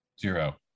Zero